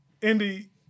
Indy